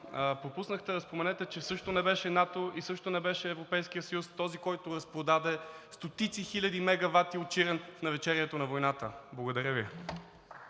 пропуснахте да споменете, че също не беше НАТО и също не беше Европейският съюз този, който разпродаде стотици хиляди мегавати от Чирен в навечерието на войната. Благодаря Ви.